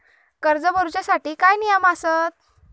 कर्ज भरूच्या साठी काय नियम आसत?